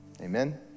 amen